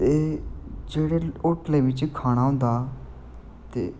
ते जेह्ड़े होटलें बिच्च खाना हुंदा ते